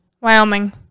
Wyoming